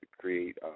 create